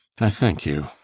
i thank you.